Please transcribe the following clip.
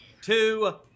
two